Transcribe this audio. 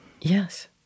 Yes